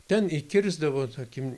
ten įkirsdavo tokį